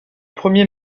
premier